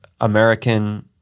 American